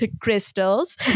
crystals